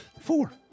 Four